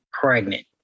pregnant